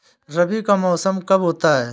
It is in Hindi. रबी का मौसम कब होता हैं?